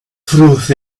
truth